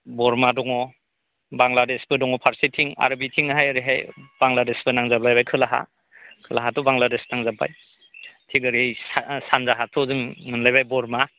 बरमा दङ बांग्लादेशबो दङ फारसेथिं आरो बिथिंहाय ओरैहाय बांग्लादेशजों नांजाबलायनाय खोलाहा खोलाहाथ' बांग्लादेश नांजाबबाय थिक ओरै सा सानजाहाथ' जों मोनलायबाय बरमा